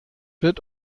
wird